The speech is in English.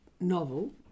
novel